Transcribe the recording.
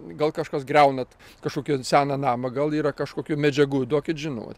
gal kažkas griaunat kažkokį seną namą gal yra kažkokių medžiagų duokit žinot